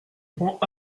prends